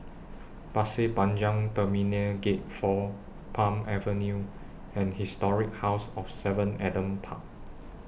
Pasir Panjang Terminal Gate four Palm Avenue and Historic House of seven Adam Park